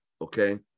okay